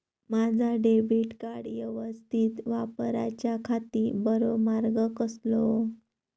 माजा debit card यवस्तीत वापराच्याखाती बरो मार्ग कसलो?